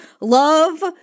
love